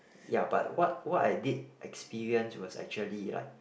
ya but what what I did experience was actually like